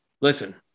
listen